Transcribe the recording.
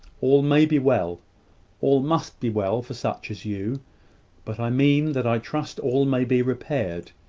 all may be well all must be well for such as you but i mean that i trust all may be repaired.